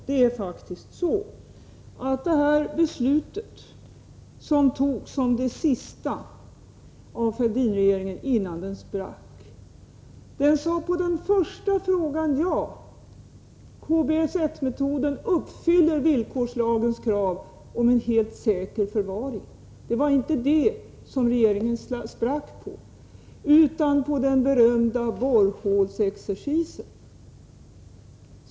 Det är faktiskt så att det beslut som fattades som det sista av Fälldin-regeringen innan den sprack innebar ett ja på den första frågan, om huruvida KBS 1-metoden uppfyller villkorslagens krav på en helt säker förvaring. Men detta var inte det som regeringen sprack på, utan på den berömda borrhålsexercisen.